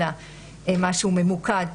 אלא משהו ממוקד,